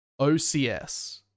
OCS